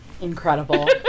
Incredible